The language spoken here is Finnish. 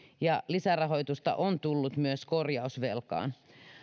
ja lisärahoitusta on tullut myös korjausvelkaan